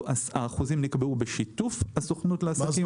האחוזים הללו נקבעו בשיתוף הסוכנות לעסקים קטנים ובינוניים.